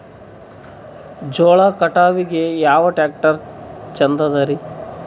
ಜೋಳ ಕಟಾವಿಗಿ ಯಾ ಟ್ಯ್ರಾಕ್ಟರ ಛಂದದರಿ?